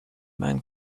man